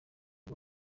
bwo